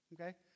okay